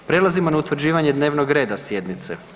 Prelazimo na utvrđivanje dnevnog reda sjednice.